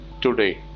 today